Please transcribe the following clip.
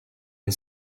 and